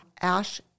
ash